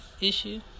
issue